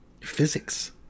physics